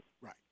Right